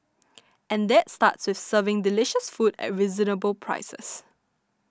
and that starts with serving delicious food at reasonable prices